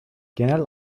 genel